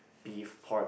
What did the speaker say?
beef pork